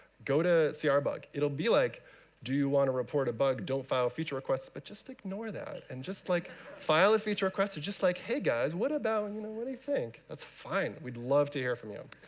go to see our bug. it'll be like do you want to report a bug, don't file feature request. but just ignore that, and just like file a feature request. just like, hey guys, what about you know, what do you think? that's fine, we'd love to hear from you.